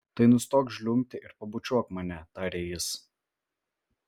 tai nustok žliumbti ir pabučiuok mane tarė jis